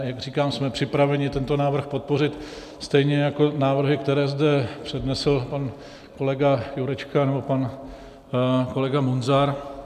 Jak říkám, jsme připraveni tento návrh podpořit, stejně jako návrhy, které zde přednesl pan kolega Jurečka nebo pan kolega Munzar.